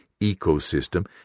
ecosystem